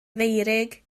feurig